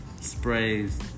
Sprays